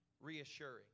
reassuring